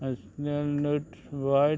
एसनेल नट वायट